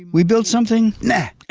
we build something neh,